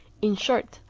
in short,